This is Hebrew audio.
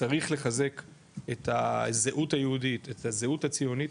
צריך לחזק את הזהות היהודית, את הזהות הציונית